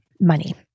money